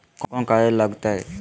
कौन कौन कागज लग तय?